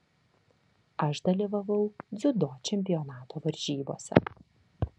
aš dalyvavau dziudo čempionato varžybose